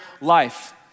life